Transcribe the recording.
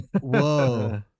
Whoa